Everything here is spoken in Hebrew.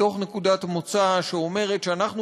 מתוך נקודת מוצא שאומרת שאנחנו,